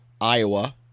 Iowa